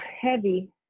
heavy